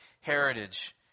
heritage